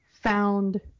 found